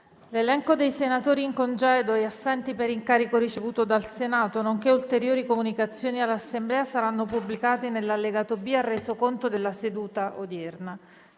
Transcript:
L'elenco dei senatori in congedo e assenti per incarico ricevuto dal Senato, nonché ulteriori comunicazioni all'Assemblea saranno pubblicati nell'allegato B al Resoconto della seduta odierna.